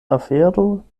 afero